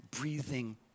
breathing